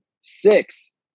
Six